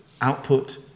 output